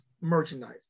merchandise